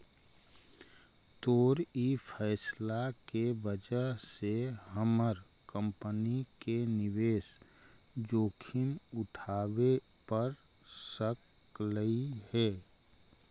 तोर ई फैसला के वजह से हमर कंपनी के निवेश जोखिम उठाबे पड़ सकलई हे